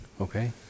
okay